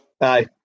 Aye